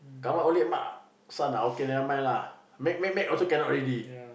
come out only ma~ son ah okay never mind lah make make make also cannot already